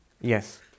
Yes